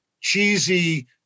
cheesy